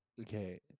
Okay